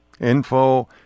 Info